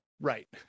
Right